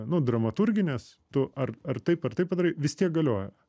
nu dramaturginės tu ar ar taip ar taip padarai vis tiek galioja